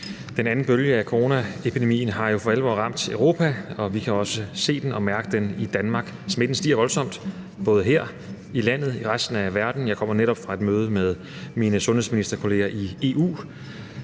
Den anden bølge af coronaepidemien har jo for alvor ramt Europa, og vi kan også se og mærke den i Danmark. Smitten stiger voldsomt både her i landet og i resten af verden. Jeg kommer netop fra et møde med mine sundhedsministerkolleger i EU.